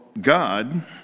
God